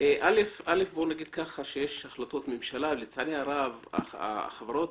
יש החלטות ממשלה ולצערי הרב החברות